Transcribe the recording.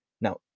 Now